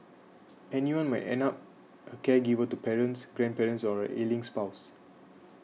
anyone might end up a caregiver to parents grandparents or an ailing spouse